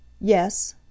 Yes